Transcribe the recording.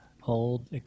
Hold